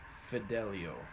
*Fidelio*